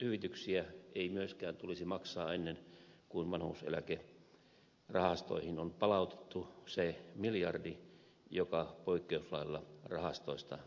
hyvityksiä ei tulisi maksaa myöskään ennen kuin vanhuuseläkerahastoihin on palautettu se miljardi euroa joka poikkeuslailla rahastoista otettiin